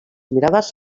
mirades